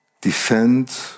defend